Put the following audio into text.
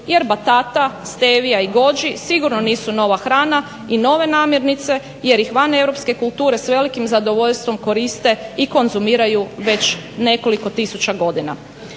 jer batatasa, stevija i goji sigurno nisu nova hrana i nove namirnice jer ih van europske kulture s velikim zadovoljstvom koriste i konzumiraju već nekoliko tisuća godina.